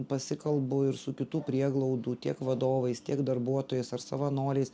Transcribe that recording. pasikalbu ir su kitų prieglaudų tiek vadovais tiek darbuotojais ar savanoriais